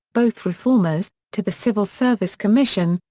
both reformers, to the civil service commission,